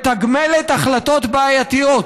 מתגמלת החלטות בעייתיות.